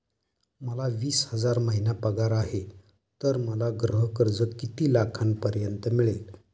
मला वीस हजार महिना पगार आहे तर मला गृह कर्ज किती लाखांपर्यंत मिळेल?